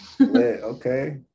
Okay